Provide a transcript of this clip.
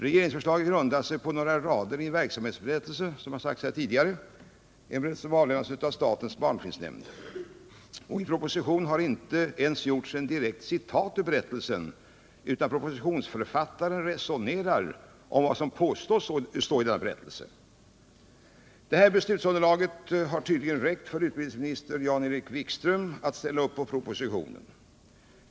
Regeringsförslaget grundar sig på några rader i en verksamhetsberättelse — det har sagts här tidigare — som avlämnats av statens barnfilmnämnd. I propositionen har inte ens gjorts ett direkt citat ur berättelsen, utan propositionsförfattaren resonerar om vad som påstås stå i denna berättelse. Detta beslutsunderlag har tydligen räckt för utbildningsministern Jan = Nr 48 Erik Wikström att ställa upp på en proposition.